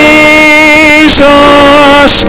Jesus